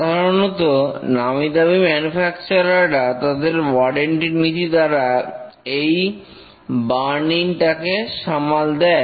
সাধারণতনামিদামি manufacturer রা তাদের warranty নীতি দ্বারা এই বার্ন ইন টাকে সামাল দেয়